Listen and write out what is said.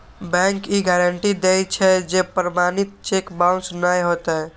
bank ई guarantee दै छै, जे प्रमाणित चेक बाउंस नै हेतै